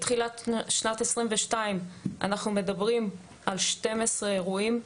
מתחילת שנת 2022 אנחנו מדברים על 12 אירועים.